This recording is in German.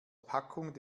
packung